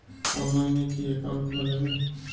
অনলাইনে কি অ্যাকাউন্ট খোলা যাবে?